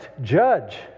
judge